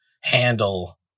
handle